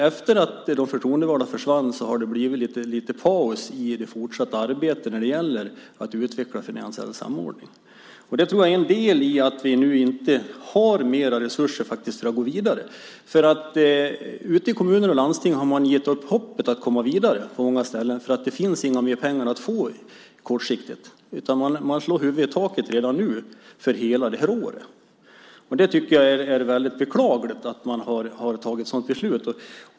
Efter att de förtroendevalda försvann har det blivit lite paus i arbetet med att utveckla finansiell samordning. Jag tror att detta har en del i att vi nu inte har mera resurser för att gå vidare. Ute i kommuner och landsting har man på många ställen gett upp hoppet om att komma vidare. Det finns inte mer pengar att få på kort sikt. Man slår huvudet i taket redan nu, för hela året. Det är väldigt beklagligt att man har tagit ett sådant beslut.